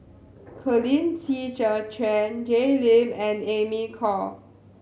Colin Qi Zhe Quan Jay Lim and Amy Khor